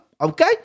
Okay